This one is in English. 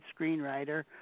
screenwriter